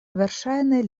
verŝajne